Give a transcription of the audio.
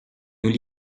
nous